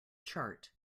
chart